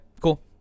cool